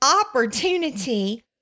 opportunity